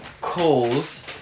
calls